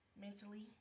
mentally